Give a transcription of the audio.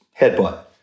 headbutt